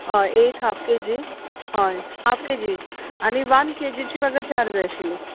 हय eight half K G हय half K G आनी वन केजीची म्हाका चार जाय आशिल्लीं